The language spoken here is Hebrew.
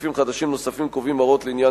סעיפים חדשים נוספים קובעים הוראות לעניין